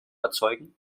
erzeugen